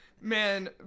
man